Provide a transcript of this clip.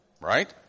Right